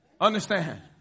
Understand